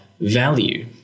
value